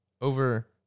Over